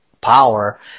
power